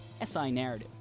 SINarrative